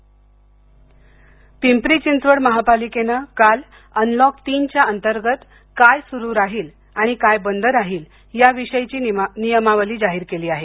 PCMC Pimpri Chinchwad महापालिकेने काल unlock तीन च्या अंतर्गत काय स्रू राहील आणि काय बंद राहील याविषयीची नियमावली जाहीर केली आहे